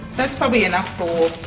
that's probably enough for